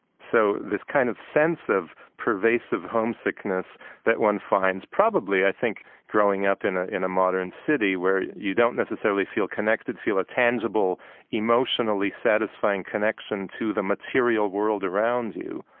so this kind of sense of pervasive homesickness that one finds, probably, i think, growing up in ah in a modern city where you don't necessarily feel connected, feel a tangible emotionally satisfying connection to the material world around you.